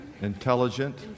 intelligent